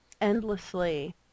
endlessly